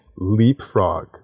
leapfrog